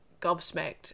gobsmacked